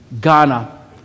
Ghana